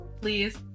Please